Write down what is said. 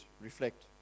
reflect